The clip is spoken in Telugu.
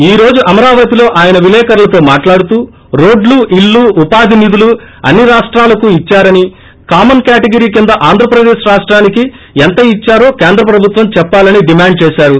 ఈ రోజు అమరావతిలో ఆయన విలేకర్లతో మాట్లాడుతూ రోడ్లు ఇళ్లు ఉపాధి నిధులు అన్ని రాష్టాలకూ ఇద్చారని కామన్ కేటగిరి కింద ఆంధ్రప్రదేశ్ రాష్టానికి ఎంత ఇద్సారో కేంద్ర ప్రభుత్వం చెప్పాలని డిమాండ్ చేశారు